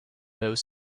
both